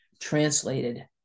translated